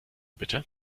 bitte